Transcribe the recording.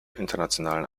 internationalen